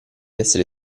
essere